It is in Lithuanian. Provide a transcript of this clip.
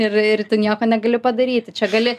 ir ir nieko negali padaryti čia gali